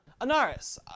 Anaris